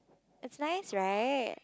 it's nice right